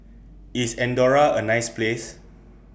IS Andorra A nice Place